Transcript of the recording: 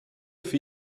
für